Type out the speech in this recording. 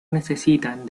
necesitan